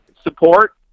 support